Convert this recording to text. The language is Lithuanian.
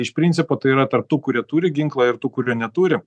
iš principo tai yra tarp tų kurie turi ginklą ir tų kurie neturi